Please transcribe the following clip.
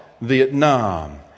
Vietnam